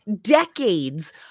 decades